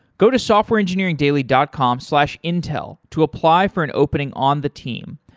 go to softwareengineeringdaily dot com slash intel to apply for an opening on the team.